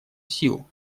сил